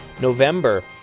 November